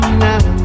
now